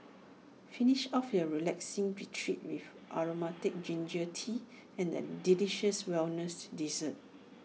finish off your relaxing retreat with Aromatic Ginger Tea and A delicious wellness dessert